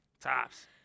Tops